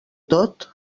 tot